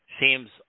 seems